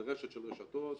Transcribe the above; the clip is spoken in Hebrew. זה רשת של רשתות,